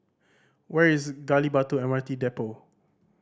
where is Gali Batu M R T Depot